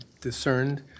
discerned